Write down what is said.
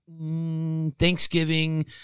Thanksgiving